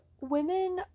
women